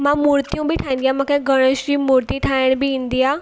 मां मूर्तियूं बि ठाहींदी आहियां मूंखे गणेश जी मूर्ती ठाहिणु बि ईंदी आहे